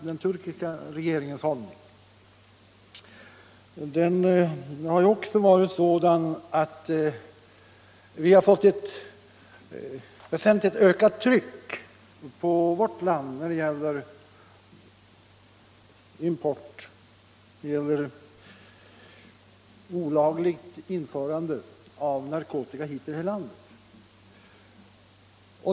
Den turkiska regeringens hållning har varit sådan att vi har fått ett väsentligt ökat tryck på vårt land när det gäller olagligt införande av narkotika hit.